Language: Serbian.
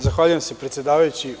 Zahvaljujem se, predsedavajući.